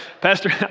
Pastor